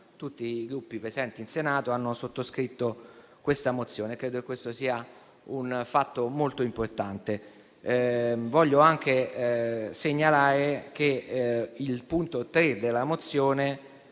tutti i Gruppi presenti in Senato hanno sottoscritto tale mozione e credo che questo sia un fatto molto importante. Voglio anche segnalare che il punto 3 della mozione